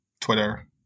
Twitter